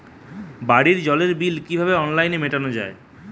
বাড়ির জলের বিল কিভাবে অনলাইনে মেটানো যায়?